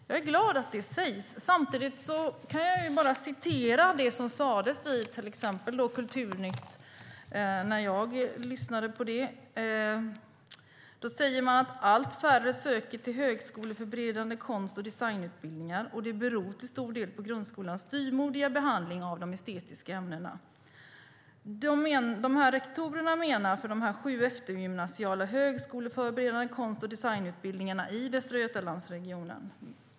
Jag är glad att det sägs. Samtidigt hörde jag i Kulturnytt att allt färre söker till högskoleförberedande konst och designutbildningar, vilket till stor del beror på grundskolans styvmoderliga behandling av de estetiska ämnena. Denna kritik framfördes av rektorer för sju eftergymnasiala högskoleförberedande konst och designutbildningar i Västra Götalandsregionen.